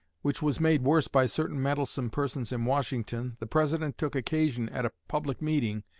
which was made worse by certain meddlesome persons in washington, the president took occasion, at a public meeting,